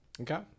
Okay